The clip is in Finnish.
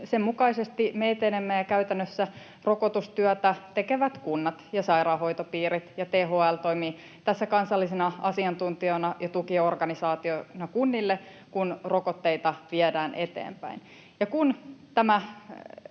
sen mukaisesti me etenemme. Käytännössä rokotustyötä tekevät kunnat ja sairaanhoitopiirit, ja THL toimii tässä kansallisena asiantuntijana ja tukiorganisaationa kunnille, kun rokotteita viedään eteenpäin.